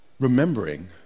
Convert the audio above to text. Remembering